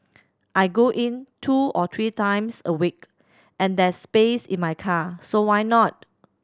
I go in two or three times a week and there's space in my car so why not